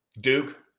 Duke